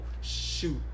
shoot